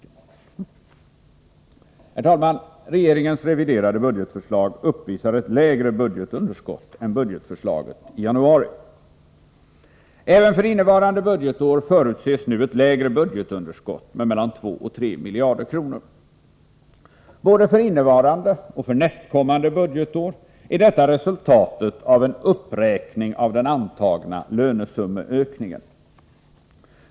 Herr talman! Regeringens reviderade budgetförslag uppvisar ett lägre budgetunderskott än budgetförslaget i januari. Även för innevarande budgetår förutses nu ett lägre budgetunderskott med mellan 2 och 3 miljarder kronor. Både för innevarande och för nästkommande budgetår är detta resultatet av en uppräkning av den antagna lönesummeökningen.